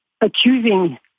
accusing